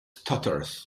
stutters